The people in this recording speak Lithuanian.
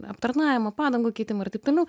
aptarnavimą padangų keitimą ir taip toliau